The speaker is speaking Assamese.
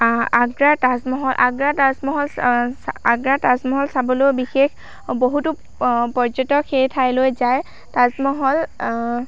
আগ্ৰাৰ তাজমহল আগ্ৰাৰ তাজমহল আগ্ৰাৰ তাজমহল চাবলৈও বিশেষ বহুতো পৰ্যটক সেই ঠাইলৈ যায় তাজমহল